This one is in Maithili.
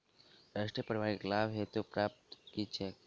राष्ट्रीय परिवारिक लाभ हेतु पात्रता की छैक